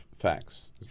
facts